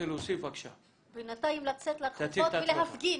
בינתיים לצאת לרחובות ולהפגין.